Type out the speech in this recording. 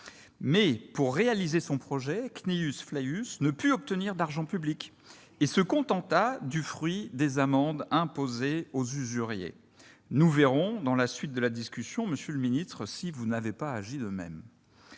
Mais, pour réaliser son projet, Cnæus Flavius ne put obtenir d'argent public et se contenta du fruit des amendes imposées aux usuriers. Nous verrons dans la suite de la discussion, monsieur le ministre, si vous n'avez pas agi de même